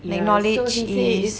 that knowledge is